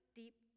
deep